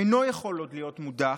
אינו יכול עוד להיות מודח,